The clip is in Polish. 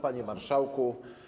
Panie Marszałku!